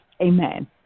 Amen